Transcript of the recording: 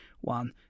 one